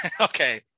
Okay